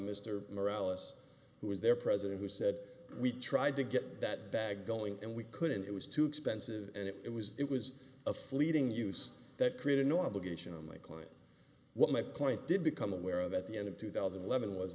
mr morale us who was there president who said we tried to get that bag going and we couldn't it was too expensive and it was it was a fleeting use that created no obligation on my client what my point did become aware that the end of two thousand and eleven was